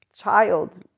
child